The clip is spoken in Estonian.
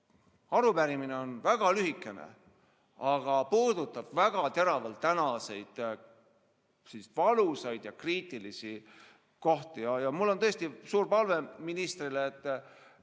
arupärimine on väga lühikene, aga see puudutab minu meelest väga teravalt tänaseid valusaid ja kriitilisi kohti. Mul on tõesti suur palve ministrile, et